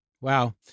Wow